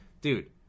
Dude